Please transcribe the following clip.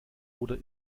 oder